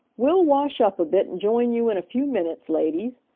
we'll wash up a bit and join you in a few minutes, ladies,